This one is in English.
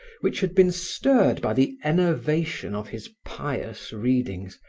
which had been stirred by the enervation of his pious readings,